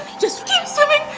just keep swimming,